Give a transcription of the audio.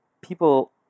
people